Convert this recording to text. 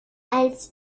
als